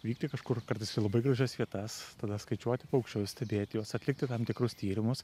vykti kažkur kartais į labai gražias vietas tada skaičiuoti paukščius stebėti juos atlikti tam tikrus tyrimus